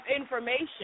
information